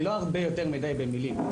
אני לא ארבה יותר מדי במילים.